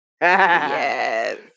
Yes